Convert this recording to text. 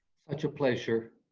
it's a pleasure,